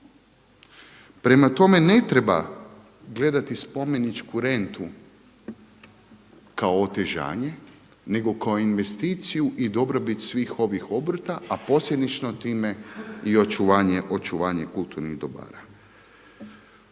Prema tome, ne treba gledati spomeničku rentu kao otežanje nego kao investiciju i dobrobit svih ovih obrta a posljedično time i očuvanje kulturnih dobara.